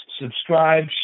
subscribe